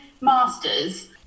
masters